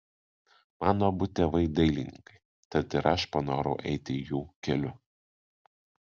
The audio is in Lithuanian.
mano abu tėvai dailininkai tad ir aš panorau eiti jų keliu